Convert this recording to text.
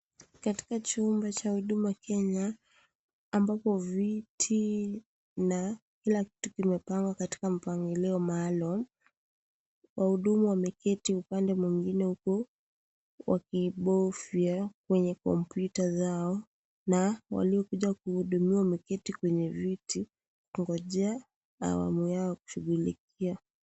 Katika chumba cha huduma Kenya ambapo viti na kila kitu kimepangwa katika mpangilio maalum. Wahudumu wameketi upande mwingine huku wakibofya kwenye kompyuta zao na waliokuja kuhudumiwa wameketi kwenye viti kungojea awamu yao ya kushughulikiwa.